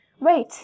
wait